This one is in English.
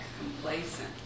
complacent